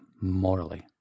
morally